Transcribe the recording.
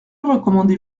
recommandez